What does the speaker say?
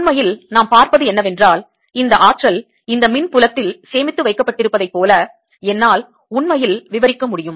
உண்மையில் நாம் பார்ப்பது என்னவென்றால் இந்த ஆற்றல் இந்த மின் புலத்தில் சேமித்து வைக்கப்பட்டிருப்பதைப் போல என்னால் உண்மையில் விவரிக்க முடியும்